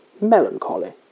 Melancholy